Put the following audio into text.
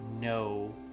No